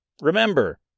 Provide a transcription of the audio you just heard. Remember